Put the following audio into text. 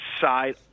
side